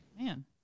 Man